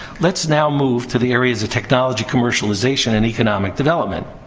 let's now move to the areas of technology commercialization and economic development.